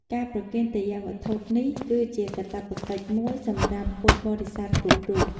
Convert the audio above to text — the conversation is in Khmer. ការប្រគេនទេយ្យវត្ថុនេះ គឺជាកាតព្វកិច្ចមួយសម្រាប់ពុទ្ធបរិស័ទគ្រប់រូប។